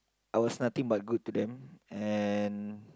I was nothing but good to them and